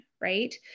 right